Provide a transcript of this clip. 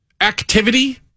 activity